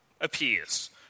appears